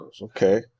okay